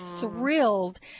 thrilled